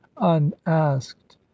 unasked